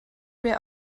wir